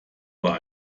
war